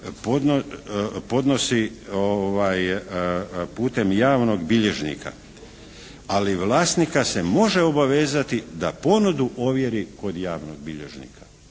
podnosi putem javnog bilježnika, ali vlasnika se može obavezati da ponudu ovjeri kod javnog bilježnika.